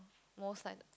most like